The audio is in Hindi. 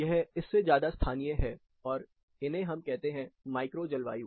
यह इससे ज्यादा स्थानीय है और इन्हें हम कहते हैं माइक्रो जलवायु